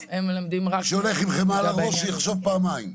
מי שהולך עם חמאה על הראש שיחשוב פעמיים.